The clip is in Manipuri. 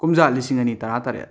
ꯀꯨꯝꯖꯥ ꯂꯤꯁꯤꯡ ꯑꯅꯤ ꯇꯔꯥꯇꯔꯦꯠ